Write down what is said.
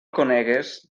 conegues